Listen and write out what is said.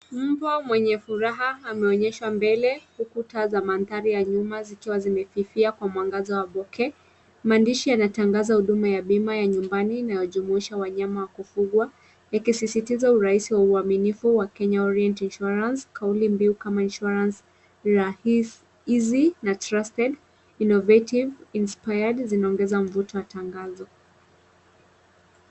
Mpo mwenye furaha ameonyeshwa mbele huku taa za mandhari ya nyuma zikiwa zimefifia kwa mwangaza wa boke . Maandishi yanatangaza huduma ya bima ya nyumbani inayojumuisha wanyama wa kufugwa, yakisisitiza urahisi wa uaminifu wa Kenya Orient Insurance kauli mbiu kama insurance rahisi easy na trusted innovative inspired zinaongeza mvuto wa tangazo.